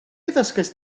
ddysgaist